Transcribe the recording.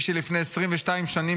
מי שלפני 22 שנים,